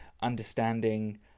understanding